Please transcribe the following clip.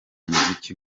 muziki